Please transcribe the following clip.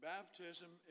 Baptism